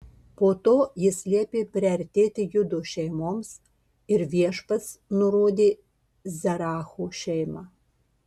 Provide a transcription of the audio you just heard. po to jis liepė priartėti judo šeimoms ir viešpats nurodė zeracho šeimą